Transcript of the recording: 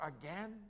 again